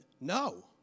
No